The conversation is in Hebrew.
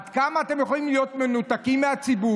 עד כמה אתם יכולים להיות מנותקים מהציבור,